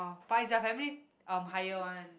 but is your family um hire one